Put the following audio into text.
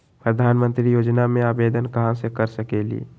प्रधानमंत्री योजना में आवेदन कहा से कर सकेली?